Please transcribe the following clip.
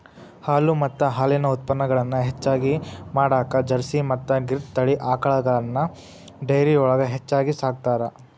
ಹಾಲು ಮತ್ತ ಹಾಲಿನ ಉತ್ಪನಗಳನ್ನ ಹೆಚ್ಚಗಿ ಮಾಡಾಕ ಜರ್ಸಿ ಮತ್ತ್ ಗಿರ್ ತಳಿ ಆಕಳಗಳನ್ನ ಡೈರಿಯೊಳಗ ಹೆಚ್ಚಾಗಿ ಸಾಕ್ತಾರ